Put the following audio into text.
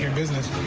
business.